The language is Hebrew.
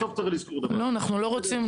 לא, אנחנו לא רוצים.